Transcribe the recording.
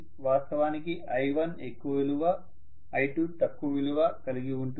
వాస్తవానికి i1 ఎక్కువ విలువ i2 తక్కువ విలువ కలిగి ఉంటుంది